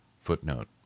Footnote